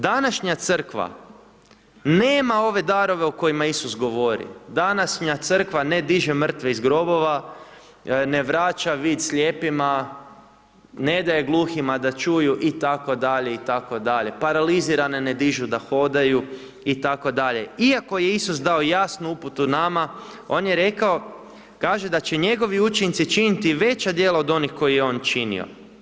Današnja crkva nema ove darove o kojima Isus govori, današnja crkva ne diže mrtve iz grobova, ne vraća vid slijepima, ne daje gluhima da čuju itd. itd., paralizirane ne dižu da hodaju itd., iako je Isus dao jasnu uputu nama, on je rekao, kaže da će njegovi učenici činiti veća djela od onih koja je on činio.